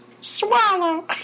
Swallow